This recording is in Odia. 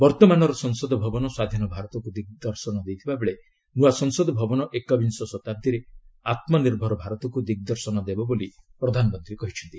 ବର୍ତ୍ତମାନର ସଂସଦ ଭବନ ସ୍ୱାଧୀନ ଭାରତକୁ ଦିଗ୍ଦର୍ଶନ ଦେଇଥିବାବେଳେ ନୂଆ ସଂସଦ ଭବନ ଏକବିଂଶ ଶତାବ୍ଦୀରେ ଆତ୍ମନିର୍ଭର ଭାରତକୁ ଦିଗ୍ଦର୍ଶନ ଦେବ ବୋଲି ପ୍ରଧାନମନ୍ତ୍ରୀ କହିଚ୍ଛନ୍ତି